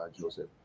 Joseph